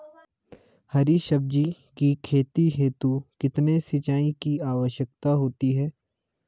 हरी सब्जी की खेती हेतु कितने सिंचाई की आवश्यकता होती है?